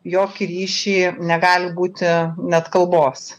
jokį ryšį negali būti net kalbos